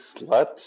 sluts